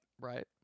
Right